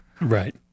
Right